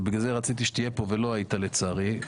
ולכן רציתי שתהיה כאן ולצערי לא היית,